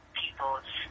people's